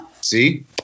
See